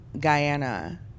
Guyana